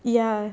ya